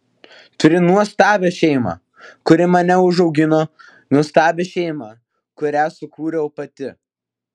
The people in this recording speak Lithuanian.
turiu nuostabią šeimą kuri mane užaugino nuostabią šeimą kurią sukūriau pati